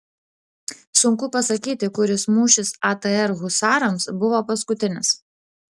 sunku pasakyti kuris mūšis atr husarams buvo paskutinis